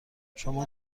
شما